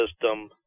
system